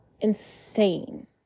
insane